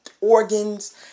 organs